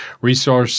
resource